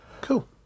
cool